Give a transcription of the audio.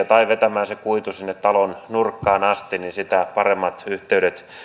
tai vetämään se kuitu sinne talon nurkkaan asti sitä paremmat yhteydet